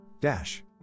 Dash